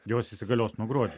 jos įsigalios nuo gruodžio